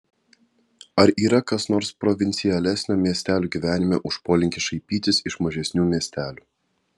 ar yra kas nors provincialesnio miestelių gyvenime už polinkį šaipytis iš mažesnių miestelių